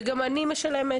וגם אני משלמת.